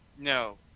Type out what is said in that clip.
No